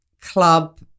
Club